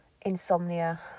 insomnia